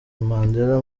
mandela